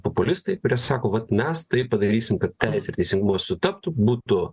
populistai kurie sako vat mes tai padarysim kad ir teisingumas sutaptų būtų